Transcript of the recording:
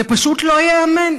זה פשוט לא ייאמן